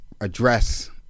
address